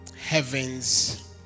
heaven's